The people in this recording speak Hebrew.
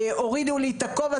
הורידו לי את הכובע,